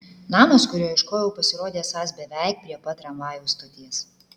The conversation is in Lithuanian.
namas kurio ieškojau pasirodė esąs beveik prie pat tramvajaus stoties